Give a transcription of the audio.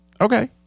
Okay